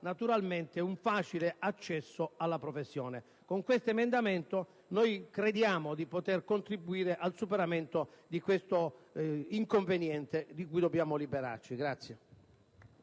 naturalmente, un facile accesso alla professione. Con questo emendamento crediamo di poter contribuire al superamento di tale inconveniente, di cui dobbiamo liberarci.